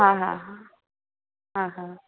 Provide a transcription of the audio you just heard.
हा हा हा हा